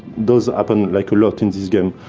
those happen like a lot in this game.